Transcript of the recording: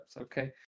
Okay